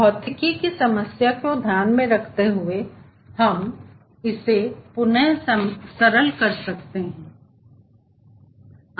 भौतिकी की समस्या को ध्यान में रखते हुए हम इस समीकरण को सरल बना सकते हैं